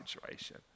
situation